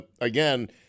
again –